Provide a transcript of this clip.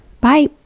Bye